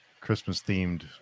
Christmas-themed